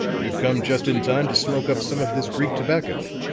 you've come just in time to smoke up some of this greek tobacco.